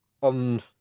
on